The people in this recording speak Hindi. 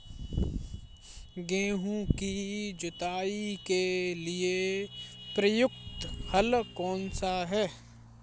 गेहूँ की जुताई के लिए प्रयुक्त हल कौनसा है?